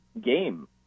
game